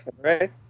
Right